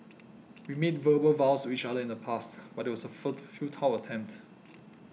we made verbal vows to each other in the past but it was a futile attempt